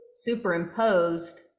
superimposed